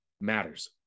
matters